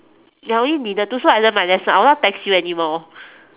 ya only needed to so I learned my lesson I won't text you anymore